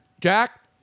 Jack